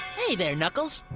hey there, knuckles.